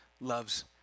loves